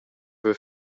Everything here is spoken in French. veux